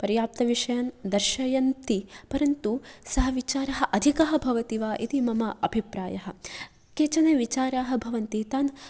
पर्याप्तविषयान् दर्शयन्ति परन्तु सः विचारः अधिकः भवति वा इति मम अभिप्रायः केचन विचाराः भवन्ति तान्